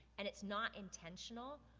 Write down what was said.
and it's not intentional,